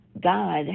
God